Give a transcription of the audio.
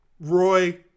Roy